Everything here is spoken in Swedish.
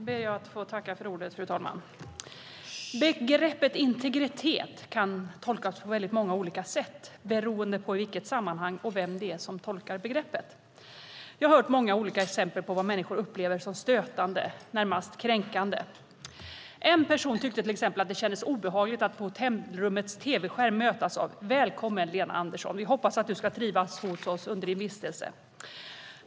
Fru talman! Begreppet integritet kan tolkas på många olika sätt beroende på i vilket sammanhang det används och vem det är som tolkar begreppet. Jag har hört många olika exempel på vad människor upplever som stötande och närmast kränkande. En person tyckte till exempel att det kändes obehagligt att på hotellrummets tv-skärm mötas av texten: Välkommen Lena Andersson vi hoppas att du ska trivas hos oss under din vistelse!